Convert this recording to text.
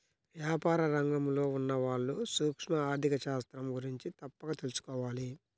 వ్యాపార రంగంలో ఉన్నవాళ్ళు సూక్ష్మ ఆర్ధిక శాస్త్రం గురించి తప్పక తెలుసుకోవాలి